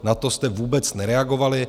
Na to jste vůbec nereagovali.